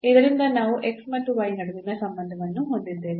ಇದರಿಂದ ನಾವು ಮತ್ತು ನಡುವಿನ ಸಂಬಂಧವನ್ನು ಹೊಂದಿದ್ದೇವೆ